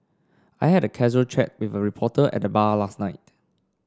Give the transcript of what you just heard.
I had a casual chat with a reporter at the bar last night